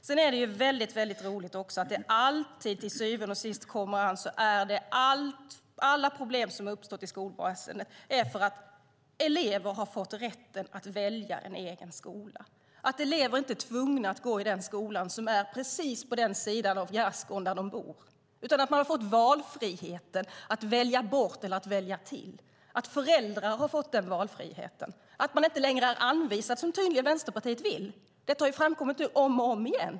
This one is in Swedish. Det är lite roligt att det alltid till syvende och sist är så att alla problem som uppstått på skolan beror på att elever har fått rätten att välja en egen skola, att elever inte är tvungna att gå i den skola som är precis på den sida av gärdsgården där de bor, att de har fått valfriheten att välja bort eller att välja till, att föräldrar har fått en valfrihet. Man är inte längre anvisad en skola, något som tydligen Vänsterpartiet vill - det har framkommit om och om igen.